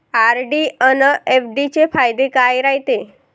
RD अन FD चे फायदे काय रायते?